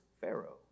Pharaoh